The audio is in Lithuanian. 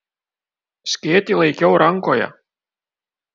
skėtį laikiau rankoje